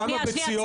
כמה ביציות מופקדות?